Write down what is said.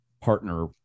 partner